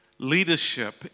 Leadership